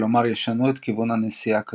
כלומר ישנו את כיוון הנסיעה קדימה,